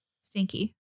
Stinky